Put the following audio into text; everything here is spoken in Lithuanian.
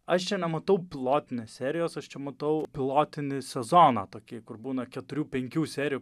aš čia nematau pilotinės serijos aš čia matau pilotinį sezoną tokį kur būna keturių penkių serijų